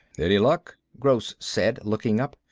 any luck? gross said, looking up.